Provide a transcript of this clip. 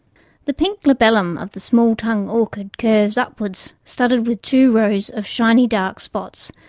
the pink labellum of the small tongue orchid curves upwards, studded with two rows of shiny dark spots,